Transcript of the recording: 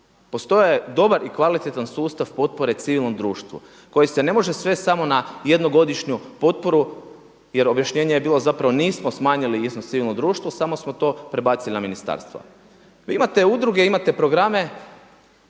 Postojao je dobar i kvalitetan sustav potpore civilnom društvu koji se ne može svesti samo na jednogodišnju potporu jer objašnjenje je bilo nismo smanjili iznos civilnom društvu samo smo to prebacili na ministarstva. Vi imate udruge, imate programe